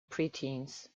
preteens